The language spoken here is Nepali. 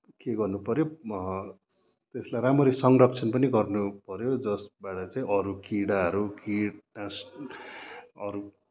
के गर्नुपऱ्यो त्यसलाई राम्ररी संरक्षण पनि गर्नुपऱ्यो जसबाट चाहिँ अरू किराहरू किटनाश अरू